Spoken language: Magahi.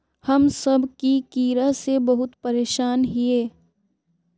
हम सब की कीड़ा से बहुत परेशान हिये?